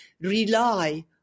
rely